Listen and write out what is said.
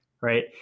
right